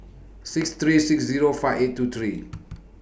six three six Zero five eight two three